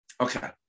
okay